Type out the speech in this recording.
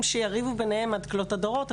שיריבו ביניהם עד כלות הדורות,